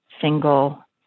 single